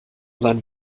sein